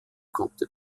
konnte